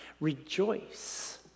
Rejoice